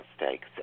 mistakes